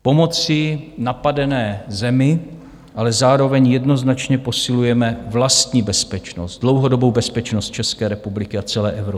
Pomocí napadené zemi ale zároveň jednoznačně posilujeme vlastní bezpečnost, dlouhodobou bezpečnost České republiky a celé Evropy.